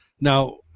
Now